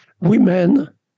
women